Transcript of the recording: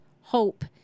hope